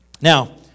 Now